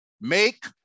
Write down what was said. make